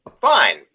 fine